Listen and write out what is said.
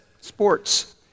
sports